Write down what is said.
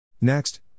Next